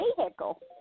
vehicle